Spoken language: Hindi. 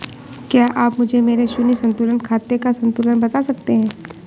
क्या आप मुझे मेरे शून्य संतुलन खाते का संतुलन बता सकते हैं?